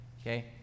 okay